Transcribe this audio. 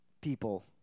people